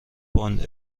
باند